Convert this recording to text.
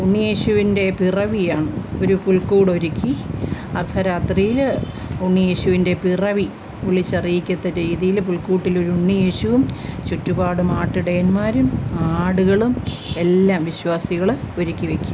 ഉണ്ണിയേശുവിൻ്റെ പിറവിയാണ് ഒരു പുൽകൂടൊരുക്കി അർദ്ധരാത്രിയിൽ ഉണ്ണിയേശുവിൻ്റെ പിറവി വിളിച്ചറിയിക്കത്തക്ക രീതിയിൽ പുൽക്കൂട്ടിലൊരു ഉണ്ണിയേശുവും ചുറ്റുപാടും ആട്ടിടയന്മാരും ആടുകളും എല്ലാം വിശ്വാസികൾ ഒരുക്കിവെക്കും